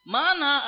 Mana